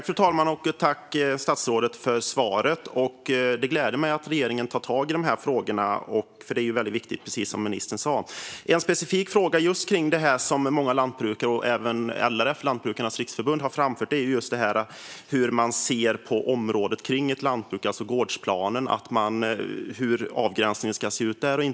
Fru talman! Tack, statsrådet, för svaret! Det gläder mig att regeringen tar tag i dessa frågor, för det är väldigt viktigt, som ministern sa. En specifik fråga i detta sammanhang, som många lantbrukare och även Lantbrukarnas riksförbund, LRF, har framfört, är hur man ser på området kring ett lantbruk, det vill säga gårdsplanen, och hur avgränsningen ska se ut där.